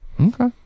okay